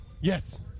Yes